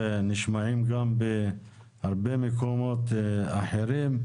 נשמעים גם בהרבה מקומות אחרים,